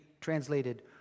translated